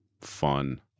fun